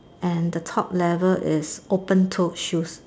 and the top level is open toe shoe